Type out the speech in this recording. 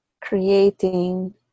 creating